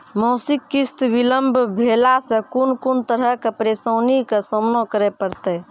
मासिक किस्त बिलम्ब भेलासॅ कून कून तरहक परेशानीक सामना करे परतै?